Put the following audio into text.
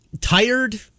Tired